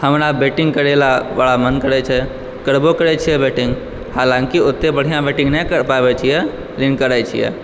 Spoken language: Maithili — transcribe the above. हमरा बैटिंग करय लए बड़ा मन करै छै करबो करै छियै बैटिंग हालाँकि ओते बढ़िऑं बैटिंग नहि कर पाबै छियै लेकिन करै छियै